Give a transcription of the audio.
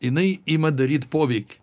jinai ima daryt poveikį